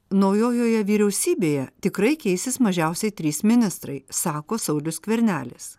naujojoje vyriausybėje tikrai keisis mažiausiai trys ministrai sako saulius skvernelis